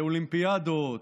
באולימפיאדות,